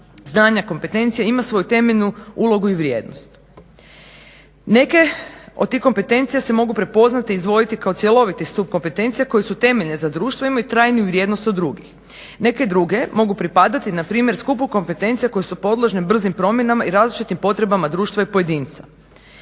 znanja i kompetencija ima svoju temeljnu ulogu i vrijednost. Neke od tih kompetencija se mogu prepoznati, izdvojiti kao cjeloviti stup kompetencija koji su temeljne za društvo, imaju trajniju vrijednost od drugih. Neke druge mogu pripadati na primjer skupu kompetencija koje su podložne brzim promjenama i različitim potrebama društva i pojedinca.